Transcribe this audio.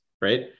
Right